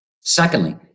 secondly